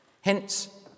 Hence